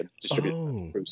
distribute